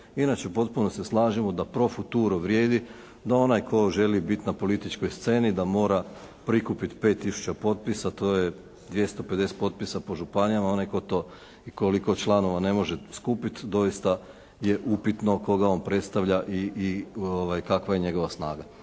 Inače potpuno se slažemo da pro futuro vrijedi, da onaj tko želi bit na političkoj sceni da mora prikupit 5 tisuća potpisa. To je 250 potpisa po županijama. Onaj tko to i koliko članova ne može skupit doista je upitno koga on predstavlja i kakva je njegova snaga.